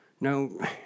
No